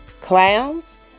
clowns